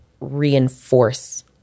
reinforce